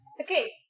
Okay